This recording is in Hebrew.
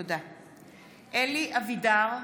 (קוראת בשמות חברי הכנסת) אלי אבידר,